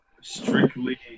strictly